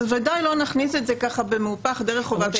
בוודאי לא נכניס את זה במהופך דרך חובת היידוע.